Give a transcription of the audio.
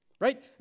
Right